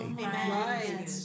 Amen